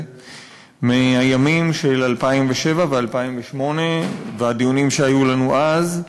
מהימים של 2007 ו-2008 והדיונים שהיו לנו אז.